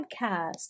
podcast